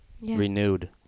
renewed